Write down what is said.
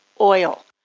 oil